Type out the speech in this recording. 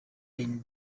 been